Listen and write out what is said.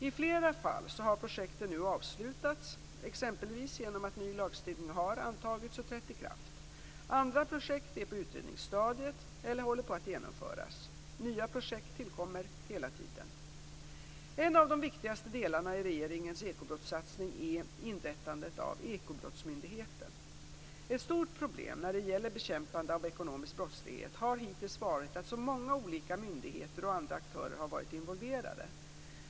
I flera fall har projekten nu avslutats, exempelvis genom att ny lagstiftning har antagits och trätts i kraft. Andra projekt är på utredningsstadiet eller håller på att genomföras. Nya projekt tillkommer hela tiden. En av de viktigaste delarna i regeringens ekobrottssatsning är inrättandet av Ekobrottsmyndigheten. Ett stort problem när det gäller bekämpandet av ekonomisk brottslighet har hittills varit att så många olika myndigheter och andra aktörer har varit involverade.